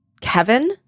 Kevin